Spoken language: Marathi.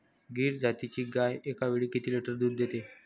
गीर जातीची गाय एकावेळी किती लिटर दूध देते?